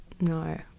No